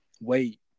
wait